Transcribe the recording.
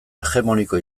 hegemoniko